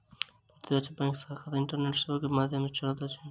प्रत्यक्ष बैंक शाखा रहित इंटरनेट सेवा के माध्यम सॅ चलैत अछि